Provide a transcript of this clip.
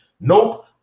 nope